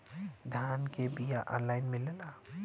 धान के बिया ऑनलाइन मिलेला?